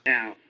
Now